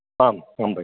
आम् आम् भगिनी